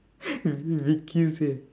only send